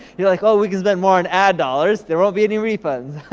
you're like, oh, we can spend more on ad dollars, there won't be any refunds.